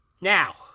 Now